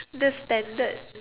just standard